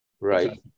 Right